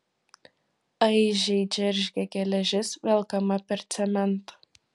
aižiai džeržgė geležis velkama per cementą